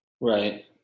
Right